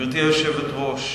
גברתי היושבת-ראש,